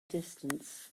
distance